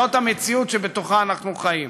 זאת המציאות שבתוכה אנחנו חיים.